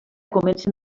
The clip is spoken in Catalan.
comencen